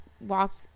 walked